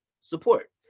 support